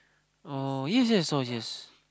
oh yes yes I saw yes